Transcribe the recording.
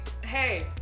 hey